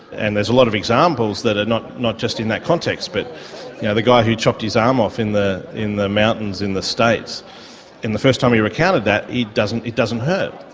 and there's a lot of examples that are not not just in that context but yeah the guy who chopped his arm off in the in the mountains in the states and the first time he recounted that it doesn't it doesn't hurt.